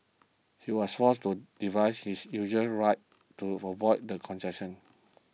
he was forced to divide his usual write to avoid the congestion